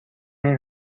این